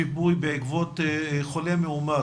לגבי השיפוי בעקבות חולה מאומת,